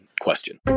question